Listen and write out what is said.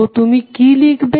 তো তুমি কি লিখবে